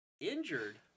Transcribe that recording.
injured